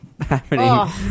happening